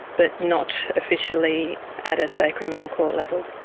but not officially at a so criminal court level,